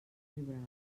llobregat